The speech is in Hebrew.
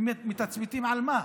אתם מתצפתים על מה?